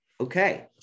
Okay